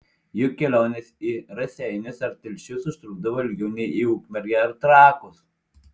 juk kelionės į raseinius ar telšius užtrukdavo ilgiau nei į ukmergę ar trakus